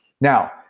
Now